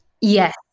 Yes